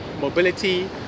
mobility